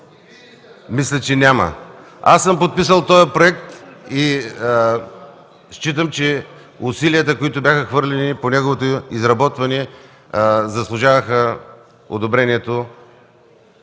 Мисля, че няма. Аз съм подписал този проект и считам, че усилията, които бяха хвърлени по неговото изработване, заслужаваха одобрението,